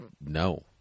No